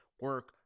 Work